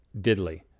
diddly